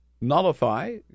nullify